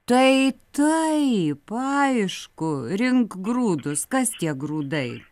tai taip aišku rink grūdus kas tie grūdai